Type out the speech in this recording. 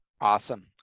Awesome